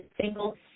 single